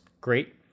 great